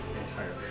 entirely